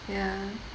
ya